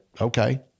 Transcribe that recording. okay